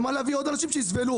לשם מה להביא עוד אנשים שיסבלו?